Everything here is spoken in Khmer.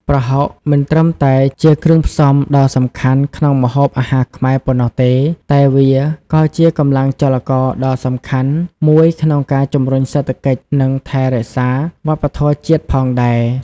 ប្រហុក មិនត្រឹមតែជាគ្រឿងផ្សំដ៏សំខាន់ក្នុងម្ហូបអាហារខ្មែរប៉ុណ្ណោះទេ តែវាក៏ជាកម្លាំងចលករដ៏សំខាន់មួយក្នុងការជំរុញសេដ្ឋកិច្ច និងថែរក្សាវប្បធម៌ជាតិផងដែរ។